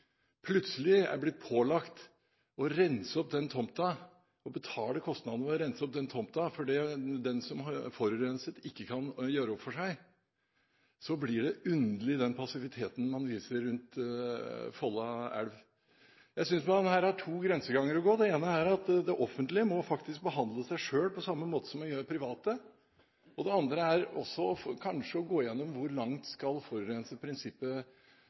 plutselig er blitt pålagt å rense opp den tomten og betale kostnadene for opprenskingen fordi den som har forurenset ikke kan gjøre opp for seg, blir det underlig med den passiviteten departementet viser med hensyn til Folla elv. Her synes jeg man har to grenseganger å gå. Det ene er at det offentlige faktisk må behandle seg selv på samme måten som de private. Det andre er at man kanskje må gå gjennom hvor langt forurenserbetaler-prinsippet skal